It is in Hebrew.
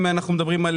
אם זה הנחיות,